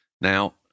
Now